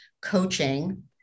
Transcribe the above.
coaching